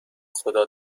خدا